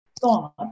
thought